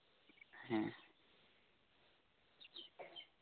ᱦᱮᱸ